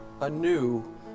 anew